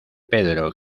pedro